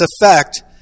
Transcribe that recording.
effect